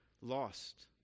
lost